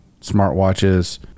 smartwatches